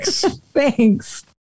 thanks